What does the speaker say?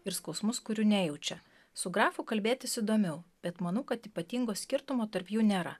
ir skausmus kurių nejaučia su grafu kalbėtis įdomiau bet manau kad ypatingo skirtumo tarp jų nėra